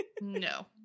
No